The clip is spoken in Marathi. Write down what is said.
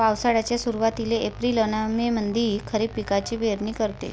पावसाळ्याच्या सुरुवातीले एप्रिल अन मे मंधी खरीप पिकाची पेरनी करते